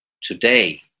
Today